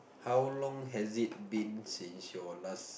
how has it been since your last